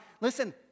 Listen